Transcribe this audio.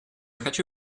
хочу